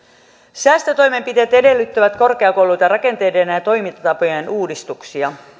säästötoimenpiteet edellyttävät korkeakouluilta rakenteiden ja toimintatapojen uudistuksia